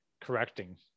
correcting